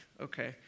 okay